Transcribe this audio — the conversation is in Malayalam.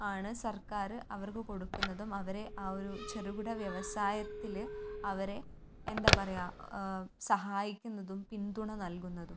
ആണ് സർക്കാർ അവർക്ക് കൊടുക്കുന്നതും അവരെ ആ ഒരു ചെറുകിട വ്യവസായത്തിൽ അവരെ എന്താണ് പറയുക സഹായിക്കുന്നതും പിന്തുണ നൽകുന്നതും